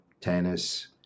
tennis